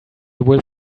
will